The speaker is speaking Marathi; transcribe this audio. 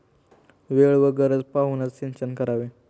वेळ व गरज पाहूनच सिंचन करावे